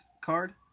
card